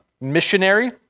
missionary